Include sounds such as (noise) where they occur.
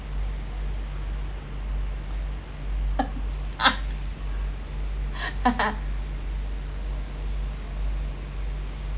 (laughs)